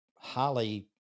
highly